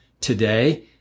today